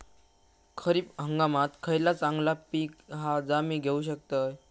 खरीप हंगामाक खयला चांगला पीक हा जा मी घेऊ शकतय?